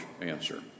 answer